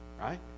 right